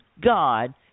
God